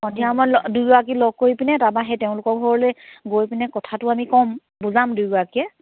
সন্ধিয়া সময়ত দুয়োগৰাকী লগ কৰিপেনে তাৰপৰা সেই তেওঁলোকৰ ঘৰলৈ গৈপেনে কথাটো আমি ক'ম বুজাম দুয়োগৰাকীয়ে